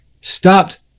stopped